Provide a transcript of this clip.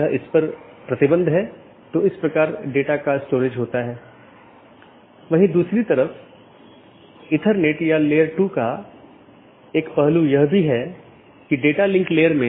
autonomous system के अंदर OSPF और RIP नामक प्रोटोकॉल होते हैं क्योंकि प्रत्येक ऑटॉनमस सिस्टम को एक एडमिनिस्ट्रेटर कंट्रोल करता है इसलिए यह प्रोटोकॉल चुनने के लिए स्वतंत्र होता है कि कौन सा प्रोटोकॉल उपयोग करना है